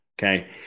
okay